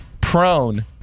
prone